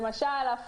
למשל,